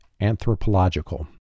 anthropological